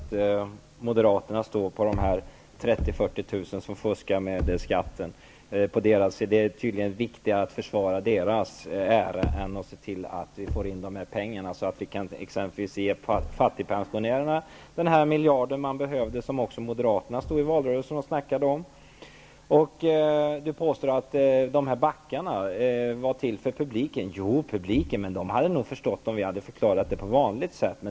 Herr talman! Jag kan bara konstatera att Moderaterna står på samma sida som de 30 000-- 40 000 som fuskar med skatten. Det är tydligen viktigare att försvara deras ära än att se till att vi får in dessa pengar, så att vi exempelvis kan ge fattigpensionärerna en miljard, som de behöver. Även Moderaterna snackade om det i valrörelsen. Bengt Wittbom påstår att backarna var till för publiken. Men publiken hade nog förstått om vi hade förklarat på vanligt sätt.